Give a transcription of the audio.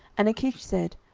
and achish said,